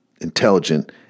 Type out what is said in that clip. intelligent